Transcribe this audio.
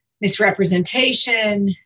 misrepresentation